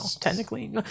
technically